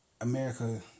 America